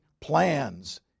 plans